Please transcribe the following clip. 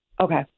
Okay